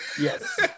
Yes